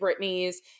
Britney's